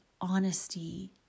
honesty